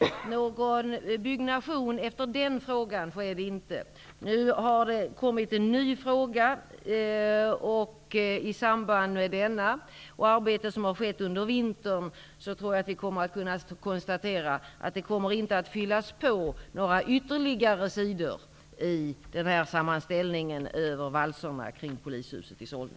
Någon byggnation skedde inte efter det att frågan ställdes 1983. Nu har det kommit en ytterligare fråga. I samband med denna fråga -- och det arbete som har skett under vintern -- kan vi konstatera att det inte kommer att fyllas på några ytterligare sidor i sammanställningen över valserna kring polishuset i Solna.